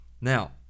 Now